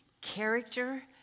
character